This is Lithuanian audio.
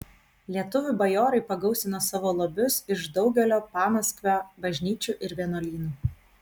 lietuvių bajorai pagausino savo lobius iš daugelio pamaskvio bažnyčių ir vienuolynų